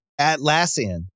Atlassian